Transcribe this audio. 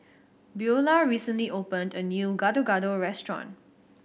Beulah recently opened a new Gado Gado restaurant